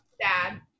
Dad